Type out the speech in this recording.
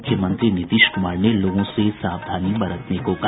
मुख्यमंत्री नीतीश कुमार ने लोगों से सावधानी बरतने को कहा